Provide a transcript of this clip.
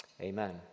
Amen